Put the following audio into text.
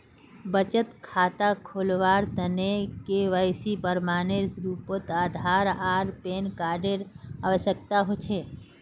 बचत खता खोलावार तने के.वाइ.सी प्रमाण एर रूपोत आधार आर पैन कार्ड एर आवश्यकता होचे